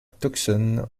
tucson